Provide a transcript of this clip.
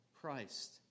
Christ